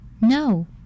No